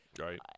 Right